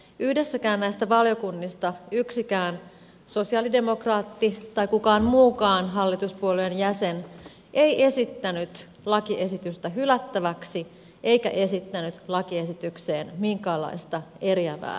yhdessäkään näistä valiokunnista yksikään sosialidemokraatti tai kukaan mukaan hallituspuolueen jäsen ei esittänyt lakiesitystä hylättäväksi eikä esittänyt lakiesitykseen minkäänlaista eriävää mielipidettä